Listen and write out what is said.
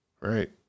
right